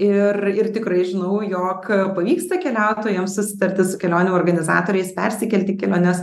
ir ir tikrai žinau jog pavyksta keliautojams susitarti su kelionių organizatoriais persikelti keliones